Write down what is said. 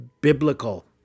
biblical